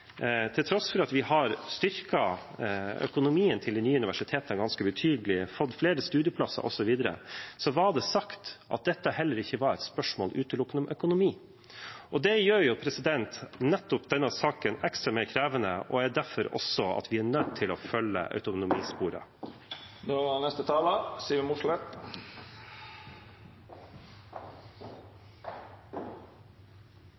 nye universitetene ganske betydelig, fått flere studieplasser, osv. – ble det sagt at dette ikke var et spørsmål utelukkende om økonomi. Det gjør denne saken ekstra krevende, og det er også derfor vi er nødt til å følge autonomisporet. I Nordland er